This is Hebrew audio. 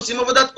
עושים עבודת קודש,